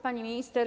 Pani Minister!